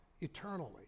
eternally